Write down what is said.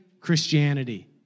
Christianity